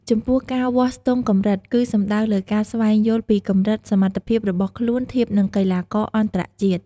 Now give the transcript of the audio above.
ចំពោះ ការវាស់ស្ទង់កម្រិត គឺសំដៅលើការស្វែងយល់ពីកម្រិតសមត្ថភាពរបស់ខ្លួនធៀបនឹងកីឡាករអន្តរជាតិ។